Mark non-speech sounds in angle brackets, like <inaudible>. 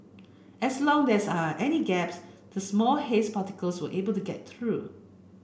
as long <unintelligible> are any gaps the small haze particles will be able to get through